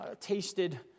tasted